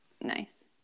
Nice